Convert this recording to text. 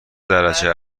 درجه